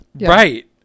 Right